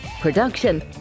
production